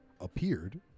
appeared